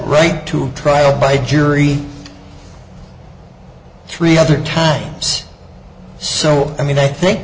right to trial by jury three other tags so i mean i think